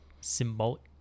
Symbolic